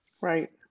Right